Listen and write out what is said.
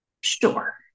Sure